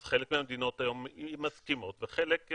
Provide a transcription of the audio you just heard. אז חלק מהמדינות היום מסכימות, וחלק...